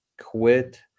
quit